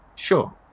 Sure